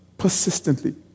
Persistently